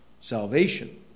salvation